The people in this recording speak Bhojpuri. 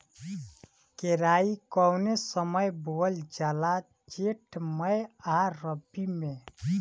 केराई कौने समय बोअल जाला जेठ मैं आ रबी में?